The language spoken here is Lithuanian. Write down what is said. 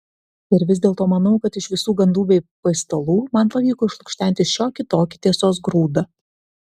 ir vis dėlto manau kad iš visų gandų bei paistalų man pavyko išlukštenti šiokį tokį tiesos grūdą